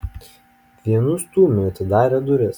vienu stūmiu atidarė duris